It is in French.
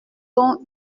donc